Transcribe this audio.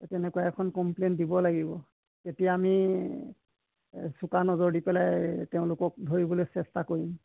তেনেকুৱা এখন কম্প্লেইন দিব লাগিব তেতিয়া আমি চোকা নজৰ দি পেলাই তেওঁলোকক ধৰিবলৈ চেষ্টা কৰিম